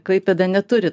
klaipėda neturi